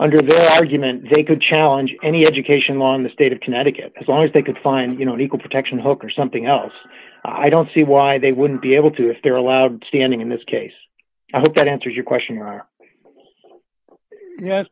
under their argument they could challenge any education law in the state of connecticut as long as they could find you know an equal protection hook or something else i don't see why they wouldn't be able to if they're allowed standing in this case i hope that answers your question